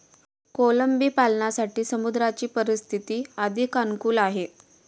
कोळंबी पालनासाठी समुद्राची परिस्थिती अधिक अनुकूल आहे